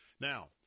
Now